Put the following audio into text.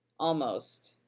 almost.